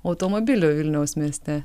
automobilių vilniaus mieste